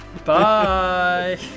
Bye